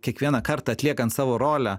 kiekvieną kartą atliekant savo rolę